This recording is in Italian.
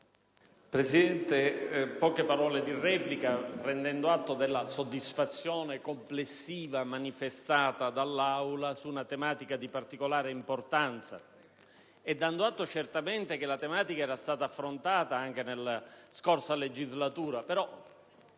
Presidente, interverrò brevemente prendendo atto della soddisfazione complessiva manifestata dall'Aula su una tematica di particolare importanza e dando atto che la tematica era stata affrontata anche nella scorsa legislatura.